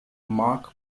mark